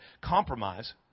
compromise